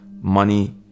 money